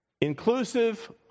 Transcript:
inclusive